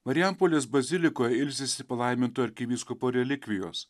marijampolės bazilikoje ilsisi palaiminto arkivyskupo relikvijos